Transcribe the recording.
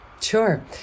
Sure